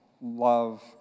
love